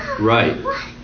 Right